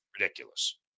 Ridiculous